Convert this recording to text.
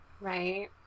Right